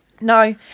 No